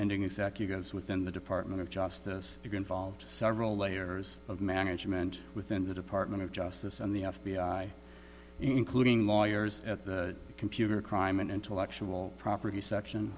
and executives within the department of justice to get involved several layers of management within the department of justice and the f b i including lawyers at the computer crime and intellectual property section